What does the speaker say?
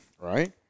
Right